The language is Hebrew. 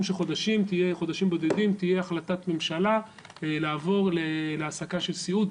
של חודשים בודדים תהיה החלטת ממשלה לעבור להעסקה של סיעוד,